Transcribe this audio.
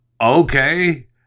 Okay